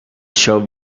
show